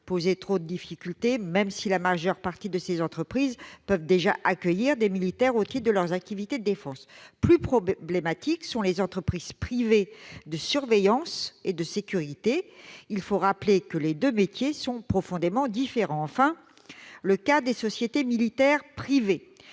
poser trop de difficultés, même si la majeure partie de ces entreprises peuvent déjà accueillir des militaires au titre de leurs activités de défense. Plus problématique est le cas des entreprises privées de surveillance et de sécurité : les deux métiers sont profondément différents. Enfin, le cas des sociétés militaires privées